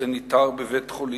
כסניטר בבית-חולים,